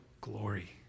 glory